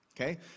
Okay